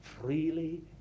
freely